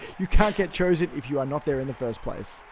you can't get chosen if you are not there in the first place.